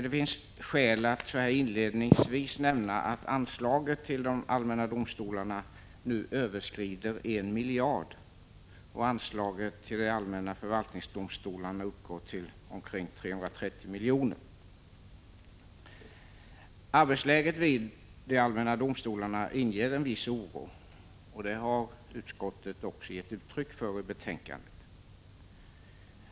Det finns skäl att inledningsvis nämna att anslaget till de allmänna domstolarna nu överskrider 1 miljard och att anslaget till de allmänna förvaltningsdomstolarna uppgår till omkring 330 miljoner. Arbetsläget vid de allmänna domstolarna inger en viss oro, som utskottet också har gett uttryck för i betänkandet.